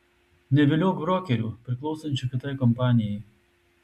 neviliok brokerių priklausančių kitai kompanijai